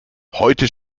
heute